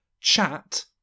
chat